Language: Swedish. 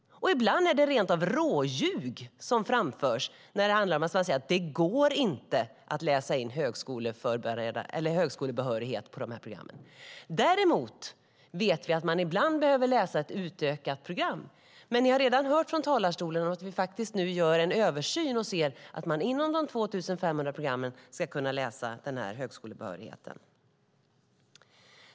Ibland är det rent av råljug som framförs när man säger att det inte går att läsa in högskolebehörighet på dessa program. Däremot vet vi att man ibland behöver läsa ett utökat program. Men ni har redan hört från talarstolen att vi nu gör en översyn och ser att man inom de 2 500 programmen ska kunna få högskolebehörighet.